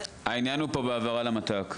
העניין הוא פה בהעברה למת"ק,